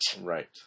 Right